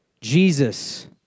Jesus